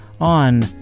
on